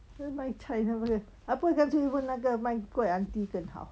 那卖菜 !aiya! 不干脆去问那个卖 kueh auntie 跟好